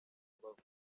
rubavu